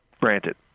granted